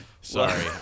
Sorry